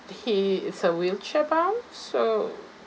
he is a wheelchair-bound so